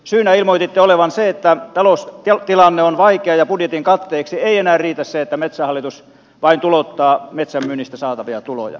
syynä ilmoititte sen että taloustilanne on vaikea ja budjetin katteeksi ei enää riitä se että metsähallitus vain tulouttaa metsän myynnistä saatavia tuloja